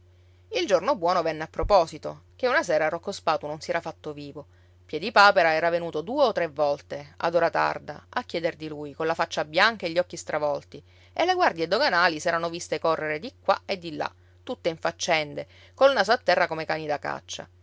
il giorno buono venne a proposito che una sera rocco spatu non si era fatto vivo piedipapera era venuto due o tre volte ad ora tarda a chieder di lui colla faccia bianca e gli occhi stravolti e le guardie doganali s'erano viste correre di qua e di là tutte in faccende col naso a terra come cani da caccia